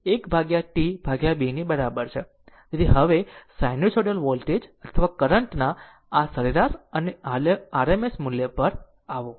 તેથી હવે sinusoidal voltage અથવા કરંટના આ સરેરાશ અને RMS મૂલ્યો પર આવો